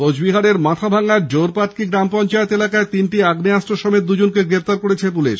কোচবিহার জেলার মাথাভাঙ্গার জোরপাটকি গ্রাম পঞ্চায়েতে এলাকায় তিনটি আগ্নেয়াস্ত্র সহ দুজনকে গ্রেপ্তার করেছে পুলিশ